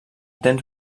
temps